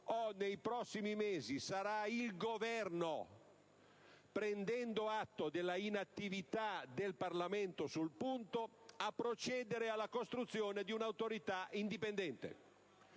o nei prossimi mesi sarà il Governo, prendendo atto dell'inattività del Parlamento sul punto, a procedere alla costruzione di una autorità indipendente.